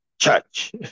church